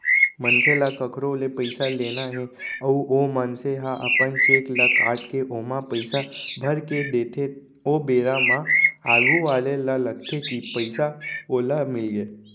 मनसे ल कखरो ले पइसा लेना हे अउ ओ मनसे ह अपन चेक ल काटके ओमा पइसा भरके देथे ओ बेरा म आघू वाले ल लगथे कि पइसा ओला मिलगे